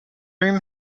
whom